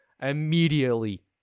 immediately